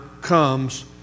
comes